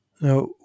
Now